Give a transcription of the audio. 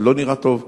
זה לא נראה טוב,